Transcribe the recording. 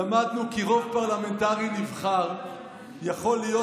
"למדנו כי רוב פרלמנטרי נבחר יכול להיות